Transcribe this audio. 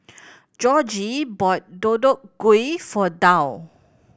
Georgie bought Deodeok Gui for Dow